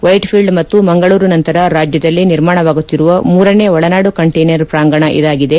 white field ಮತ್ತು ಮಂಗಳೂರು ನಂತರ ರಾಜ್ಯದಲ್ಲಿ ನಿರ್ಮಾಣವಾಗುತ್ತಿರುವ ಮೂರನೇ ಒಳನಾಡು ಕಂಟೈನರ್ ಪ್ರಾಂಗಣ ಇದಾಗಿದೆ